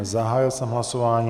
Zahájil jsem hlasování.